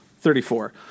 Thirty-four